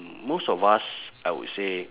most of us I would say